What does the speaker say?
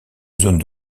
zone